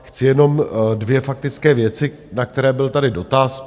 Chci jenom dvě faktické věci, na které byl tady doraz.